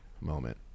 moment